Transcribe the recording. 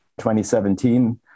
2017